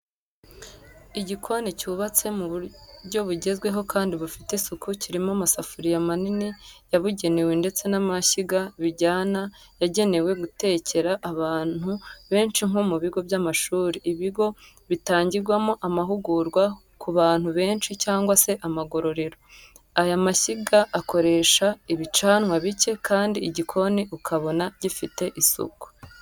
Igikoni cyubatse mu buryo bugezweho kandi bufite isuku kirimo amasafuriya manini yabugenewe ndetse n'amashyiga bijyana yagenewe gutekera abantu benshi nko mu bigo by'amashuri, ibigo bitangirwamo amahugurwa ku bantu benshi, cyangwa se amagororero , aya mashyiga akoresha ibicanwa bike kandi igikoni ukabona gifite isuku.